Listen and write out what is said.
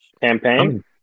Campaign